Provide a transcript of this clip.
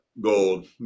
gold